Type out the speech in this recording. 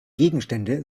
gegenstände